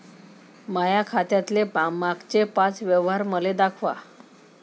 माया खात्यातले मागचे पाच व्यवहार मले दाखवा